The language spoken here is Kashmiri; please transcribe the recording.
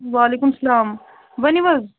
وعلیکُم سلام ؤنِو حظ